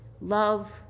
love